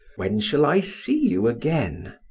when shall i see you again?